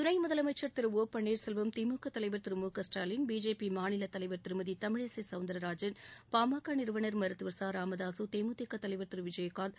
துணை முதலமைச்சர் திரு ஓ பள்ளீர் செல்வம் திமுக தலைவர் திரு மு க ஸ்டாலின் பிஜேபி மாநில தலைவா் திருமதி தமிழிசை சௌந்தராஜன் பாம நிறுவனர் மருத்துவர் ச ராமதாசு தேமுதிக தலைவர் திரு விஜயகாந்த்